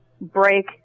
break